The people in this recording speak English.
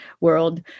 world